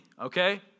okay